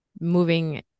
moving